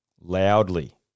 loudly